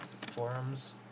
Forums